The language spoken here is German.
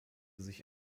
sich